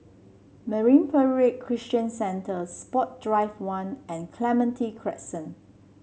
Marine Parade Christian Centre Sport Drive One and Clementi Crescent